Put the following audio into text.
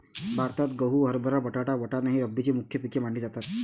भारतात गहू, हरभरा, बटाटा, वाटाणा ही रब्बीची मुख्य पिके मानली जातात